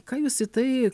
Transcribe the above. ką jūs į tai